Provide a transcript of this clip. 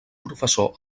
professor